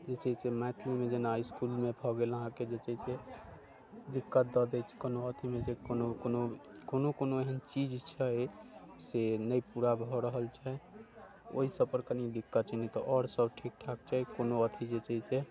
जे छै से मैथिलीमे जेना इसकुलमे भऽ गेल अहाँके जे छै से दिक्कत दै छै कोनो अथीमे जे कोनो कोनो कोनो कोनो एहन चीज छै से नहि पूरा भऽ रहल छै ओइ सबपर कनी दिक्कत छै नहि तऽ आओर सब ठीक ठाक छै कोनो अथी जे छै से